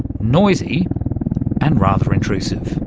noisy and rather intrusive.